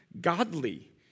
godly